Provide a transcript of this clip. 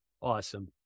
Awesome